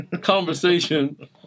conversation